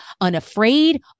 unafraid